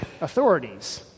authorities